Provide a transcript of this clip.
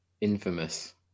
infamous